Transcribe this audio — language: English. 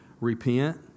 Repent